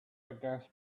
against